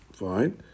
fine